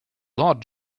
lot